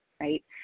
right